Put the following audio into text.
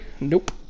Nope